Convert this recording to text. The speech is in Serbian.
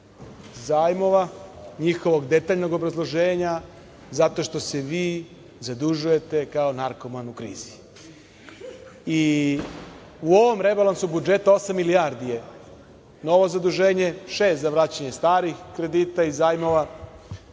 zajmova, njihovog detaljnog obrazloženja, zato što se vi zadužujete kao narkoman u krizi.U ovom rebalansu budžeta osam milijardi je novo zaduženje, šest za vraćanje starih kredita i zajmova,